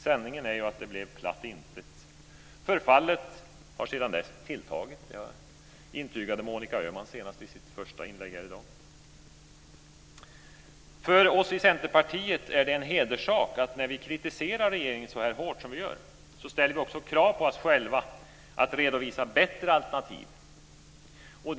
Sanningen är att det blev platt intet. Förfallet har sedan dess tilltagit. Det intygade Monica Öhman nu senast i hennes första inlägg i dag. För oss i Centerpartiet är det en hederssak att när vi kritiserar regeringen så hårt ställer vi också krav på oss själva att redovisa bättre alternativ.